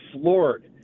floored